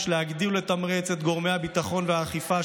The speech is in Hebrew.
יש להגדיל ולתמרץ את גורמי הביטחון והאכיפה,